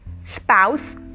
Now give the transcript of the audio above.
spouse